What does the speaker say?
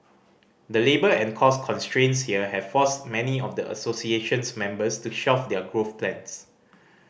the labour and cost constraints here have forced many of the association's members to shelf their growth plans